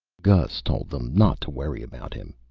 gus told them not to worry about him.